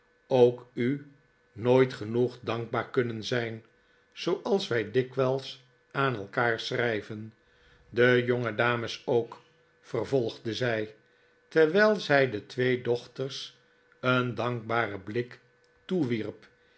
ook u nooit genoeg dankbaar kunnen zijn zooals wij dikwijls aan elkaar schrijven de jongedames ook vervolgde zij terwijl zij de twee dochters een dankbaren blik toewierp